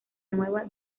nueva